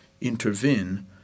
intervene